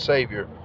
Savior